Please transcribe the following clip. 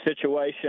situation